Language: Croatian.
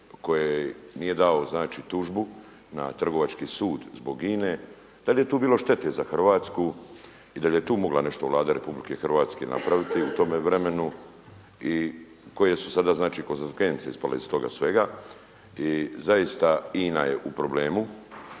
koji nije dao tužbu na Trgovački sud zbog INA-e da li je tu bilo štete za Hrvatsku i da li je tu mogla nešto Vlada RH napraviti u tome vremenu i koje su sada konsekvence ispale iz toga svega? I zaista INA je u problemu